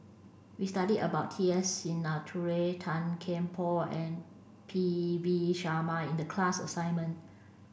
we studied about T S Sinnathuray Tan Kian Por and P V Sharma in the class assignment